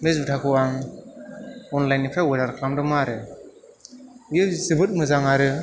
बे जुथाखौ आं अन्लाइन निफ्राय अर्डार खालामदोंमोन आरो बियो जोबोद मोजां आरो